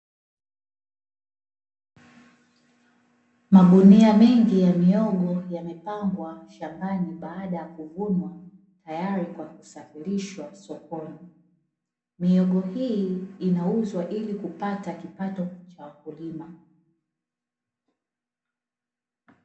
Magunia mengi ya mihogo yamepangwa shambani baada ya kuvunwa, tayari kwa kusafirishwa sokoni. Mihogo hii inauzwa ili kupata kipato kwa wakulima.